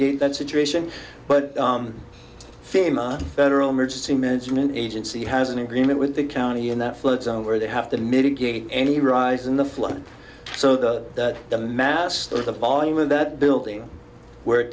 gate that situation but fema federal emergency management agency has an agreement with the county in that flood zone where they have to mitigate any rise in the flood so that the mass of the volume of that building where it